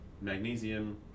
magnesium